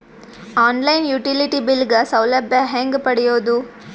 On line utility bill ಗ ಸೌಲಭ್ಯ ಹೇಂಗ ಪಡೆಯೋದು?